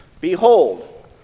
behold